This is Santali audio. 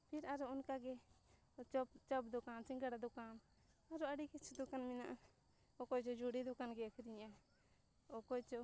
ᱯᱷᱤᱨ ᱟᱨᱚ ᱚᱱᱠᱟᱜᱮ ᱪᱚᱯ ᱪᱚᱯ ᱫᱚᱠᱟᱱ ᱥᱤᱸᱜᱟᱲᱟ ᱫᱚᱠᱟᱱ ᱟᱨᱚ ᱟᱹᱰᱤ ᱠᱤᱪᱷᱩ ᱫᱚᱠᱟᱱ ᱢᱮᱱᱟᱜᱼᱟ ᱚᱠᱚᱭ ᱪᱚ ᱡᱷᱩᱲᱤ ᱫᱚᱠᱟᱱ ᱜᱮ ᱟᱹᱠᱷᱨᱤᱧᱟ ᱚᱠᱚᱭ ᱪᱚ